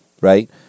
right